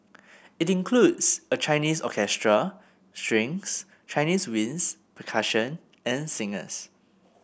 it includes a Chinese orchestra strings Chinese winds percussion and singers